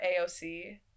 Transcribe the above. aoc